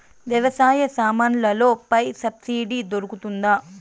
వ్యవసాయ సామాన్లలో పై సబ్సిడి దొరుకుతుందా?